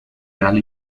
real